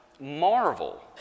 Marvel